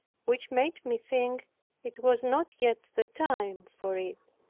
which made me think it was not yet the time for it.